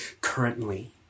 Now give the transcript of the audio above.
currently